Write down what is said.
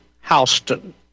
Houston